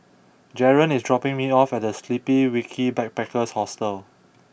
Jaren is dropping me off at The Sleepy Kiwi Backpackers Hostel